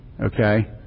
Okay